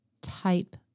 type